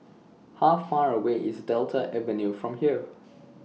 How Far away IS Delta Avenue from here